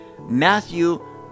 Matthew